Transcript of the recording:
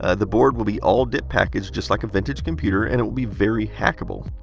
ah the board will be all dip package just like a vintage computer. and it will be very hackable.